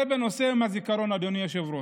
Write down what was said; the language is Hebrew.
זה בנושא יום הזיכרון, אדוני היושב-ראש.